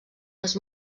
les